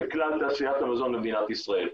בכלל תעשיית המזון במדינת ישראל.